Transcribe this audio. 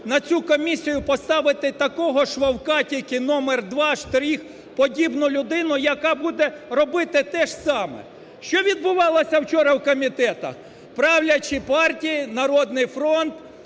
на цю комісію поставити такого ж "Вовка" тільки номер два, штрих, подібну людину, яка буде робити теж саме. Що відбувалося вчора в комітетах? Правлячі партії: "Народний фронт",